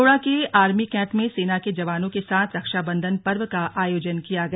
अल्मोड़ा के army cantt में सेना के जवानों के साथ रक्षाबंधन पर्व का आयोजन किया गया